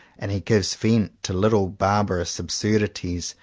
and he gives vent to little barbarous absurdities,